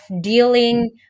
dealing